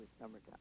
summertime